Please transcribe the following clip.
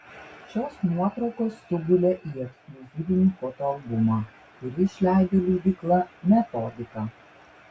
šios nuotraukos sugulė į ekskliuzyvinį fotoalbumą kurį išleido leidykla metodika